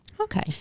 Okay